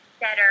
better